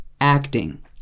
acting